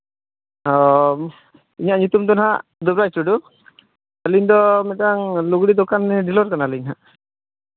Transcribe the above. ᱦᱮᱸ ᱤᱧᱟᱹᱜ ᱧᱩᱛᱩᱢ ᱫᱚ ᱦᱟᱸᱜ ᱫᱩᱜᱟᱹᱭ ᱴᱩᱰᱩ ᱟᱹᱞᱤᱧ ᱫᱚ ᱢᱤᱫᱴᱟᱱ ᱞᱩᱜᱽᱲᱤᱡ ᱫᱚᱠᱟᱱ ᱰᱤᱞᱟᱨ ᱠᱟᱱᱟᱞᱤᱧ ᱦᱟᱸᱜ